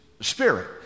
spirit